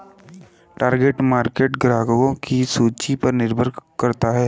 target market ग्राहकों की रूचि पर निर्भर करता है